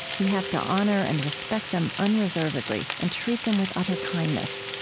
we have to honor and respect them unreservedly and treat them with utter kindness.